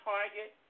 Target